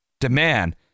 demand